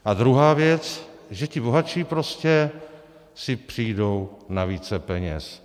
A druhá věc, že ti bohatší si prostě přijdou na více peněz.